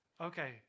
okay